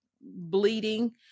bleeding